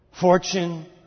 fortune